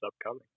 upcoming